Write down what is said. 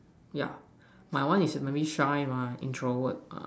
yeah my one is maybe shy mah introvert ah